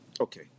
okay